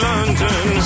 London